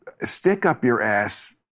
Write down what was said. stick-up-your-ass